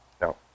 No